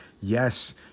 Yes